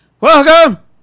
Welcome